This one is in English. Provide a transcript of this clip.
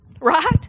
Right